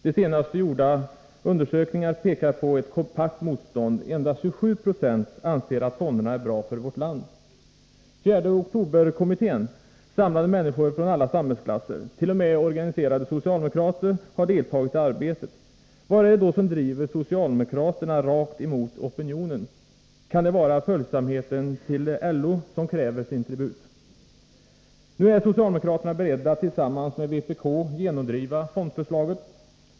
De senast gjorda undersökningarna pekar på ett kompakt motstånd — endast 27 96 anser att fonderna är bra för vårt land. 4 oktober-kommittén samlade människor från alla samhällsklasser. T. o. m. organiserade socialdemokrater har deltagit i arbetet. Vad är det då som driver socialdemokraterna rakt emot opinionen? Kan det vara följsamheten till LO som kräver sin tribut? Nu är socialdemokraterna beredda att tillsammans med vpk genomdriva fondförslaget.